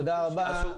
תודה רבה.